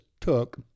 took